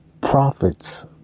prophets